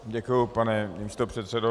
Děkuji, pane místopředsedo.